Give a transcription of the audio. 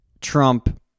Trump